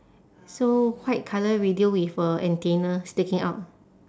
so white colour radio with a antenna sticking out